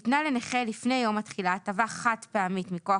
ניתנה לנכה לפני יום התחילה הטבה חד פעמית מכוח